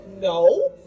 no